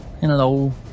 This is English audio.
Hello